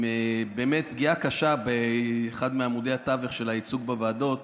עם פגיעה קשה באחד מעמודי התווך של הייצוג בוועדות.